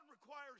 requires